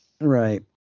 right